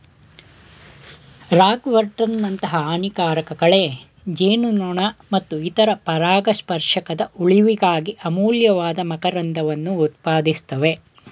ರಾಗ್ವರ್ಟ್ನಂತಹ ಹಾನಿಕಾರಕ ಕಳೆ ಜೇನುನೊಣ ಮತ್ತು ಇತರ ಪರಾಗಸ್ಪರ್ಶಕದ ಉಳಿವಿಗಾಗಿ ಅಮೂಲ್ಯವಾದ ಮಕರಂದವನ್ನು ಉತ್ಪಾದಿಸ್ತವೆ